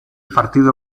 partido